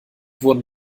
wurden